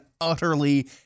utterly